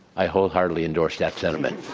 i wholeheartedly endorse that sentiment.